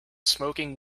smoking